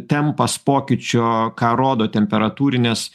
tempas pokyčio ką rodo temperatūrinės